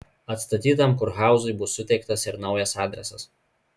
atstatytam kurhauzui bus suteiktas ir naujas adresas